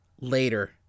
later